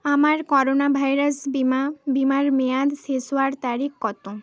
আমার corona virus বিমা বিমার মেয়াদ শেষ হওয়ার তারিখ কত